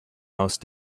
most